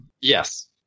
Yes